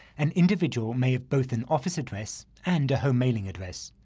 an individual may have both an office address and a home mailing address.